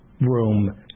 room